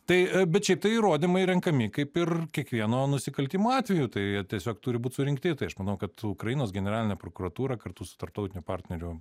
tai bet šiaip tai įrodymai renkami kaip ir kiekvieno nusikaltimo atveju tai jie tiesiog turi būt surinkti tai aš manau kad ukrainos generalinė prokuratūra kartu su tarptautinių partnerių